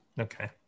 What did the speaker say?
okay